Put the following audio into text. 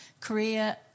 Korea